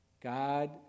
God